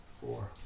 four